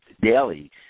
daily